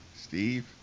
Steve